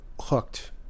hooked